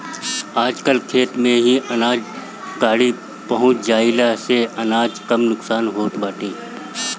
आजकल खेते में ही अनाज गाड़ी पहुँच जईले से अनाज कम नुकसान होत बाटे